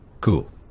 Cool